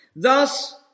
Thus